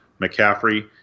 McCaffrey